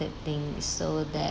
that thing so that